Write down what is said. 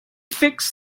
fix